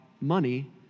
money